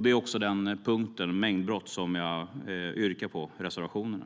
Det är också på den punkten om mängdbrott som jag yrkar bifall till reservationen.